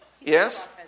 yes